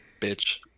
Bitch